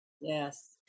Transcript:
Yes